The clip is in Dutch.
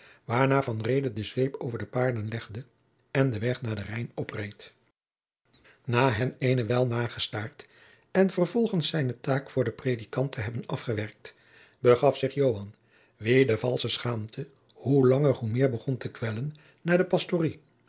waarna van reede de zweep over de paarden legde en den weg naar den rijn opreed na hen eene wijl nagestaard en vervolgens zijne taak voor den predikant te hebben afgewerkt begaf zich joan wien de valsche schaamte hoe langer hoe meer begon te kwellen naar de